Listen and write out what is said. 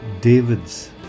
David's